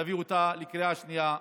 להביא אותה לקריאה שנייה ושלישית.